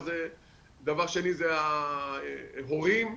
דבר שני זה ההורים,